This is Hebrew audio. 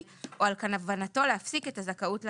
או על כוונתו להפסיק את הזכאות לתגמול,